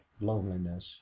loneliness